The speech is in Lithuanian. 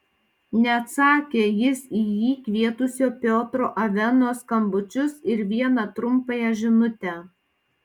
neatsakė jis į jį kvietusio piotro aveno skambučius ir vieną trumpąją žinutę